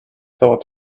thought